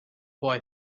boy